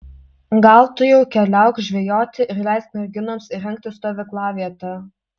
gal tu jau keliauk žvejoti ir leisk merginoms įrengti stovyklavietę